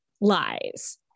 lies